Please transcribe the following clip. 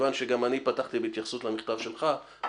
מכיוון שגם אני פתחתי בהתייחסות למכתב שלך,